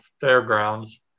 fairgrounds